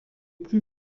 plus